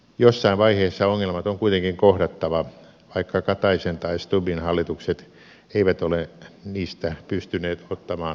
jossain vaiheessa ongelmat on kuitenkin kohdattava vaikka kataisen tai stubbin hallitukset eivät ole niistä pystyneet ottamaan vastuuta